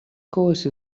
course